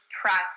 process